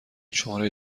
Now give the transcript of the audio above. شماره